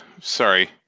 sorry